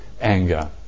anger